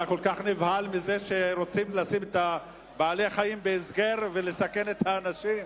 אתה כל כך נבהל מזה שרוצים לשים את בעלי-החיים בהסגר ולסכן את האנשים?